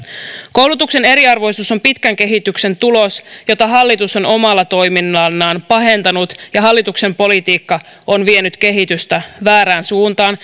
koulutuksen eriarvoisuus on pitkän kehityksen tulos jota hallitus on omalla toiminnallaan pahentanut ja hallituksen politiikka on vienyt kehitystä väärään suuntaan